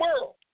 world